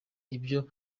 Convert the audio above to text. ibyo